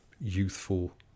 youthful